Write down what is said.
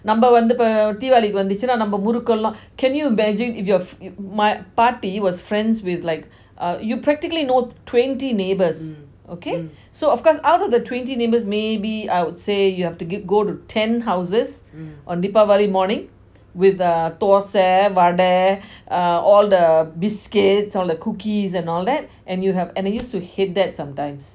you know நம்ம வந்து தீபாவளி வந்துச்சின்னா நம்ம முறுக்கு எல்லாம்:namma vanthu deepavali vanthuchina namma muruku ellam can you imagine if your my paati was friends with like you practically know twenty neighbours okay so of course out of the twenty neighbours maybe I would say you have to give go to ten houses on deepavali morning with uh dosa வாடா:dosa vada uh all the biscuits all the cookies and all that and you have and they used to hate that sometimes